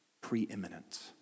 preeminent